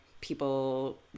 people